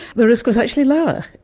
the risk was actually lower.